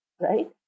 right